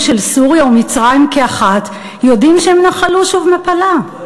של סוריה ומצרים כאחת יודעים שהם נחלו שוב מפלה".